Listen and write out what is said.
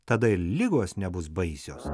tada ir ligos nebus baisios